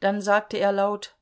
dann sagte er laut